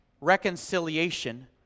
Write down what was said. reconciliation